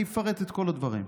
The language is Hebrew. אני אפרט את כל הדברים.